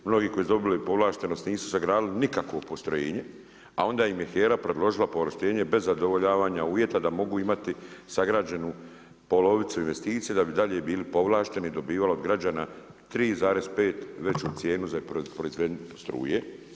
Mnogi koji su dobili povlaštenost, nisu sagradili nikakvo postrojenje, a onda im je HERA predložila povlaštenje bez zadovoljavanje uvjeta da mogu imati sagrađenu polovicu investiciju da bi dalje bili povlašteni, dobivali od građana 3,5 veću cijenu za proizvodnju struje.